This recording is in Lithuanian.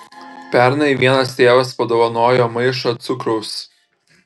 pernai vienas tėvas padovanojo maišą cukraus